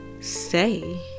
say